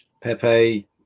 Pepe